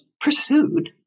pursued